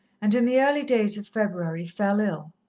and in the early days of february fell ill.